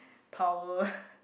power